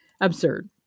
absurd